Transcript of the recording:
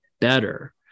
better